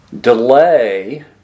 Delay